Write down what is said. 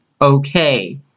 okay